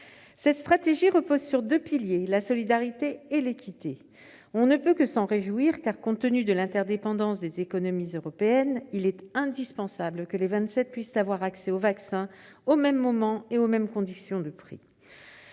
Cette stratégie repose sur deux piliers : la solidarité et l'équité. On ne peut que s'en réjouir, car, compte tenu de l'interdépendance des économies européennes, il est indispensable que les Vingt-Sept puissent avoir accès au vaccin au même moment et aux mêmes conditions de prix.